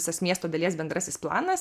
visas miesto dalies bendrasis planas